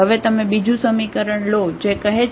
હવે તમે બીજું સમીકરણ લો જે કહે છે કે 2v2 v3